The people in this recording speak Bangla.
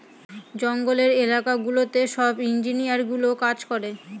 জঙ্গলের এলাকা গুলোতে সব ইঞ্জিনিয়ারগুলো কাজ করে